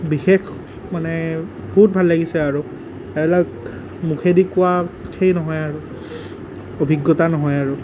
বিশেষ মানে বহুত ভাল লাগিছে আৰু সেইবিলাক মুখেদি কোৱা সেই নহয় আৰু অভিজ্ঞতা নহয় আৰু